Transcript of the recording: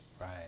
Right